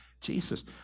Jesus